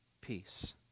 peace